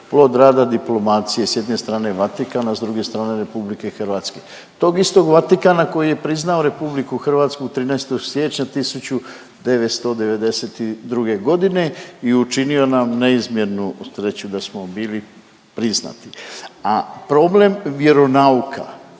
plod rada diplomacije s jedne strane Vatikana, s druge strane Republike Hrvatske, tog istog Vatikana koji je priznao Republiku Hrvatsku 13. siječnja 1992. godine i učinio nam neizmjernu sreću da smo bili priznati. A problem vjeronauka